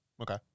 Okay